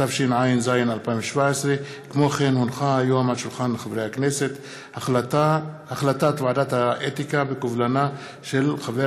התשע"ז 2017. החלטת ועדת האתיקה בקובלנה של חבר